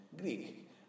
Greek